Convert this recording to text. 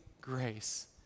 grace